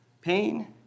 Pain